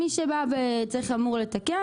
מי שבא ואמור לתקן,